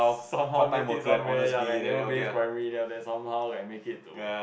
some how make it somewhere ya like Naval-Base primary then after that some how like make it to